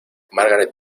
margaret